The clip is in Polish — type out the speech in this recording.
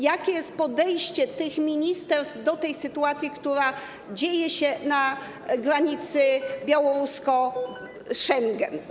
Jakie jest podejście tych ministerstw do tej sytuacji, która dzieje się na granicy Białorusi i Schengen?